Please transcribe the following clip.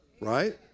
right